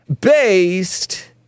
based